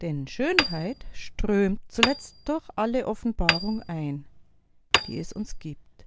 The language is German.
denn schönheit strömt zuletzt durch alle offenbarung ein die es uns gibt